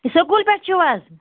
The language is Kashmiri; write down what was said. سکوٗل پٮ۪ٹھ چھِو حظ